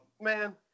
man